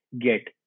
get